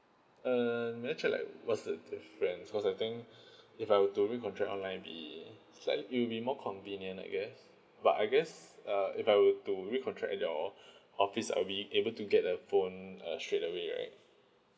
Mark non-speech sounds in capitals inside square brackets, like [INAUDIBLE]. uh may I check like what's the difference because I think [BREATH] if I were to recontract online it'll be slightly will be more convenient I guess but I guess uh if I will to recontract in your [BREATH] office I'll be able to get the phone err straight away right